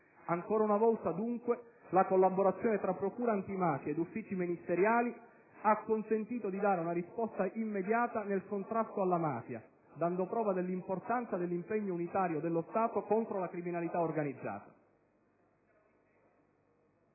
Ancora una volta, dunque, la collaborazione tra procura antimafia ed uffici ministeriali ha consentito di dare una risposta immediata nel contrasto alla mafia, dando prova dell'importanza dell'impegno unitario dello Stato contro la criminalità organizzata.